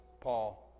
Paul